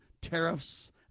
tariffs